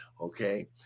okay